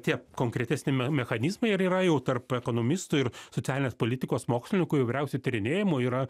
tie konkretesni m mechanizmai ir yra jau tarp ekonomistų ir socialinės politikos mokslininkų įvairiausių tyrinėjimų yra